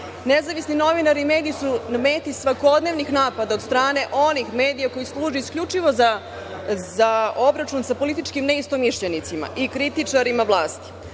Vlade. Nezavisni novinari i mediji su na meti svakodnevnih napada od strane onih medija koji služe isključivo za obračun sa političkim neistomišljenicima i kritičarima